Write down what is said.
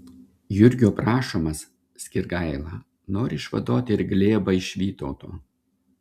jurgio prašomas skirgaila nori išvaduoti ir glėbą iš vytauto